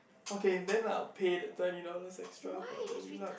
okay then I'll pay the thirty dollars extra for the deluxe